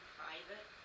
private